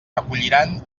recolliran